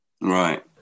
Right